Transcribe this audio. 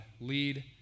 lead